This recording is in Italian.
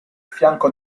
fianco